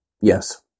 yes